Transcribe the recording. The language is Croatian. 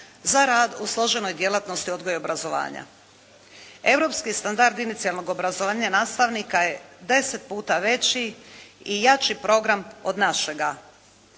za rad u složenoj djelatnosti odgoja i obrazovanja. Europski standard inicijalnog obrazovanja nastavnika je deset puta veći i jači program od našega.